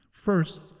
First